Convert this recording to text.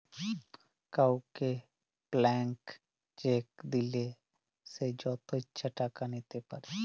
কাউকে blank cheque দিলে সে যত ইচ্ছা টাকা লিতে পারে